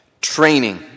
training